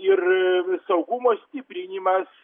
ir saugumo stiprinimas